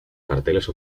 carteles